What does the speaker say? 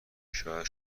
شاید